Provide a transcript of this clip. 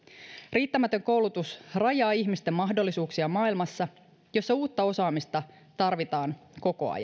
riittämätön koulutus rajaa ihmisten mahdollisuuksia maailmassa jossa uutta osaamista tarvitaan koko